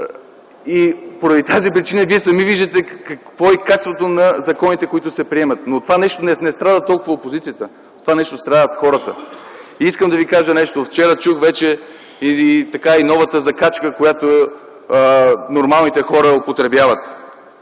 Поради тази причина сами виждате какво е и качеството на законите, които се приемат, но от това нещо не страда толкова опозицията, а страдат хората. Искам да ви кажа нещо – вчера чух вече и новата закачка, която нормалните хора употребяват: